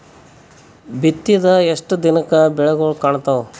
ಬಿತ್ತಿದ ಎಷ್ಟು ದಿನಕ ಬೆಳಿಗೋಳ ಕಾಣತಾವ?